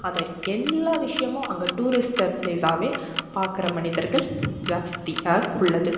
அதை எல்லா விஷயமும் அங்கே டூரிஸ்ட்டர் ப்ளேசாகவே பார்க்குற மனிதர்கள் ஜாஸ்தியாக உள்ளது